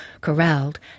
corralled